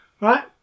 Right